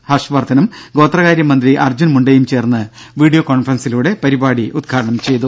ഹർഷ് വർധനും ഗോത്രകാര്യ മന്ത്രി അർജുൻ മുണ്ടയും ചേർന്ന് വീഡിയോ കോൺഫറൻസിലൂടെ പരിപാടി ഉദ്ഘാടനം ചെയ്തു